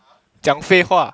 讲废话